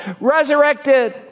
resurrected